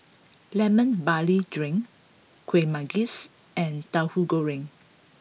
Lemon Barley Drink Kuih Manggis and Tahu Goreng